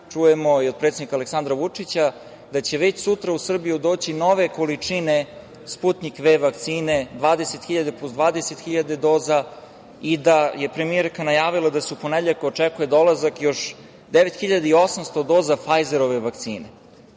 čujemo i od predsednika Aleksandra Vučića, da će već sutra u Srbiju doći nove količine „Sputnik Ve“ vakcine, 20 hiljada plus 20 hiljada doza i da je premijerka najavila da se u ponedeljak očekuje dolazak još 9.800 doza „Fajzerove“ vakcine. Znači,